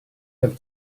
have